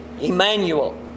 Emmanuel